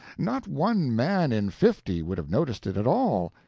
not one man in fifty would have noticed it at all.